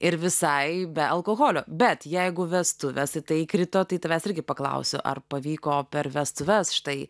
ir visai be alkoholio bet jeigu vestuvėse tai įkrito tai tavęs irgi paklausiu ar pavyko per vestuves štai